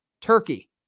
Turkey